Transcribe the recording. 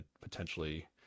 Potentially